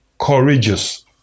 courageous